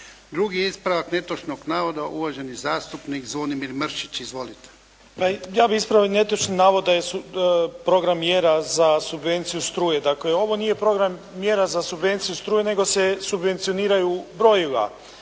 Drugi ispravak netočnog navoda uvaženi zastupnik Zvonimir Mršić. Izvolite. **Mršić, Zvonimir (SDP)** Ja bih ispravio netočni navod da su program mjera za subvenciju struje. Dakle, ovo nije program mjera za subvenciju struje, nego se subvencioniraju brojila.